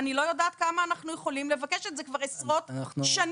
אני לא יודעת כמה אנחנו יכולים לבקש את זה כבר עשרות שנים.